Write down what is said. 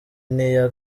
n’iya